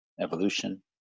Evolution